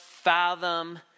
fathom